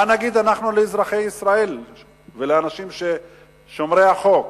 מה נגיד אנחנו לאזרחי ישראל ולאנשים שומרי החוק?